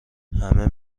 همه